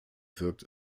wirkt